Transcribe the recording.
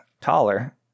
taller